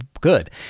good